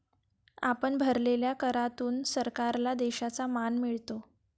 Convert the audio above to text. आपण भरलेल्या करातून सरकारला देशाचा मान मिळतो